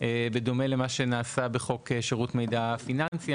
בדומה למה שנעשה בחוק שירות מידע פיננסי?